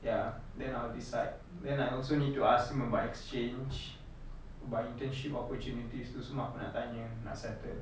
ya then I'll decide then I also need to ask him about exchange about internship opportunities itu semua aku nak tanya nak settle